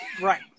Right